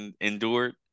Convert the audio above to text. endured